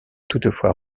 toutefois